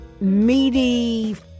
meaty